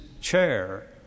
chair